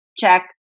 check